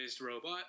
robot